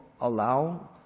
allow